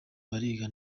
bariga